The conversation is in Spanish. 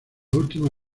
última